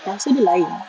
rasa dia lain